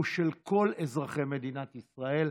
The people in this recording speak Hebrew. הוא של כל אזרחי מדינת ישראל,